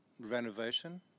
renovation